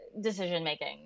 decision-making